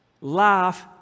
laugh